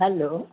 hello